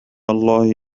الله